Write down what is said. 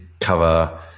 cover